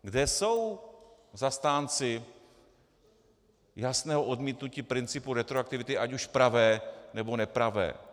Kde jsou zastánci jasného odmítnutí principu retroaktivity, ať už pravé, nebo nepravé?